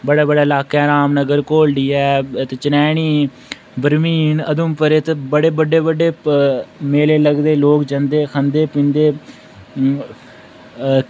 बड़ा बड़ा लाकै रामनगर कोलडी ऐ चनैनी बरमीन उधमपुर च बड़े बड्डे बड्डे प मेले लगदे लोक जंदे खंदे पींदे